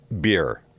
beer